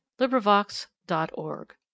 LibriVox.org